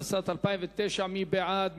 התשס"ט 2009. מי בעד?